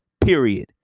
Period